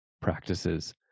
practices